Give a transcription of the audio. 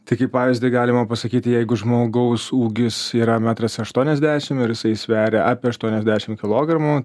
tai kai pavyzdį galima pasakyti jeigu žmogaus ūgis yra metras aštuoniasdešim ir jisai sveria apie aštuoniasdešim kilogramų